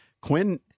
Quinn